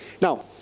Now